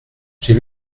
j’ai